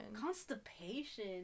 constipation